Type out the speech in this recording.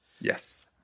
Yes